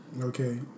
Okay